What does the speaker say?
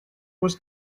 was